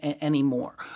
anymore